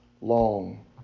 long